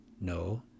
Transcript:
No